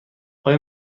آیا